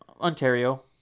Ontario